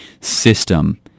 system